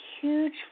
huge